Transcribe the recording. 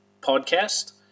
podcast